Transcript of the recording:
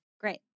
Great